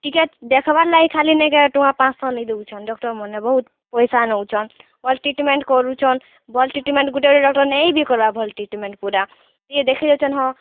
ଟିକେ ଦେଖ୍ବାର୍ ଲାଗି ଖାଲି ନେଇକେ ଟଙ୍କା ପାଂଶ ନେଇ ଯଉଚନ୍ ଡକ୍ଟର୍ମାନେ ବୋହୁତ୍ ପଏସା ନୋଉଚନ୍ ଭଲ ଟ୍ରିଟ୍ମେଣ୍ଟ୍ କରୁଚନ୍ ଭଲ୍ ଟ୍ରିଟ୍ମେଣ୍ଟ୍ ଗୁଟେ ଗୁଟେ ଡକ୍ଟର୍ ନେଇଁ ବି କର୍ବା ଭଲ୍ ଟ୍ରିଟ୍ମେଣ୍ଟ୍ ପୁରା ଟିକେ ଦେଖି ଦୋଉଚନ୍ ହଁ